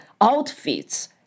outfits